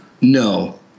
No